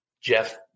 Jeff